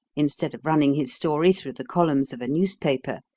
instead of running his story through the columns of a newspaper,